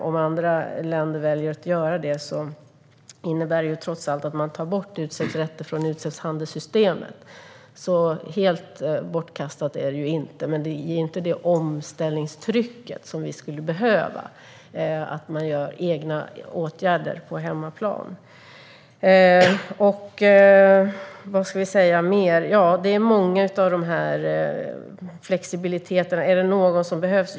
Om andra länder väljer att göra det innebär det trots allt att man tar bort utsläppsrätter från utsläppshandelssystemet. Helt bortkastat är det alltså inte, men det ger inte det omställningstryck som vi skulle behöva, och det leder inte till att man vidtar egna åtgärder på hemmaplan. Det finns många flexibiliteter. Är det någon som behövs?